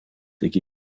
iki